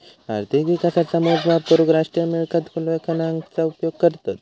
अर्थिक विकासाचा मोजमाप करूक राष्ट्रीय मिळकत लेखांकनाचा उपयोग करतत